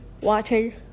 watching